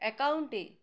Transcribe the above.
অ্যাকাউন্টে